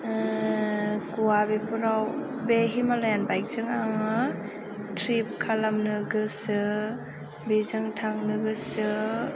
गवा बेफोराव बे हिमालयान बाइकजों आङो ट्रिप खालामनो गोसो बेजों थांनो गोसो